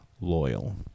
loyal